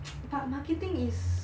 but marketing is